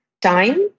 time